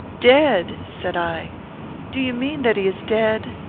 dead! said i do you mean that he is dead?